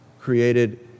created